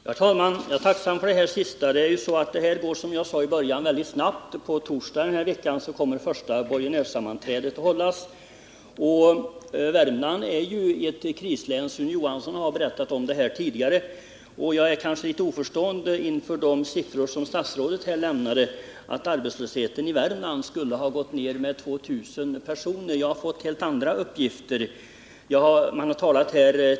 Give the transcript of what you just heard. Herr talman! Jag är tacksam för det som statsrådet sist sade. Som jag Tisdagen den nämnde förut går det mycket snabbt. På torsdag i denna vecka hålls det första 13 mars 1979 borgenärssammanträdet. Värmland är ju ett krislän, och Sune Johansson har berättat om det tidigare. Kanske är jag också litet oförstående inför de siffror som statsrådet nämnde. Han sade att arbetslösheten i Värmland skulle ha gått ned med 2 000 personer. Själv har jag fått helt andra uppgifter.